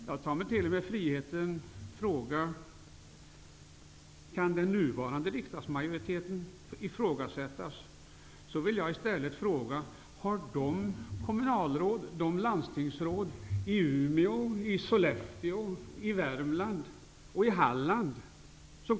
Jag tar mig t.o.m. friheten att säga: Om den nuvarande riksdagsmajoriteten kan ifrågasättas, ifrågasätter jag att Sture Ericson är en bra företrädare för kommunal och landstingsråden i Umeå, Sollefteå, Värmland och Halland.